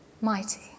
mighty